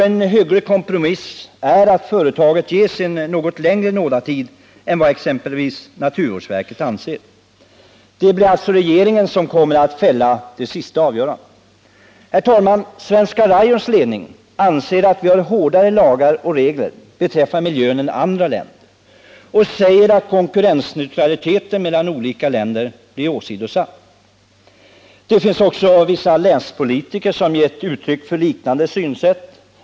En hygglig kompromiss vore att företaget gavs en något längre nådatid än vad exempelvis naturvårdsverket anser rimligt. Det blir alltså regeringen som kommer att fälla det sista avgörandet. Herr talman! Svenska Rayons ledning anser att vi har hårdare lagar och regler — beträffande miljön än andra länder och menar att konkurrensneutraliteten mellan olika länder blir åsidosatt. Det finns också vissa länspolitiker som har givit uttryck för liknande synsätt.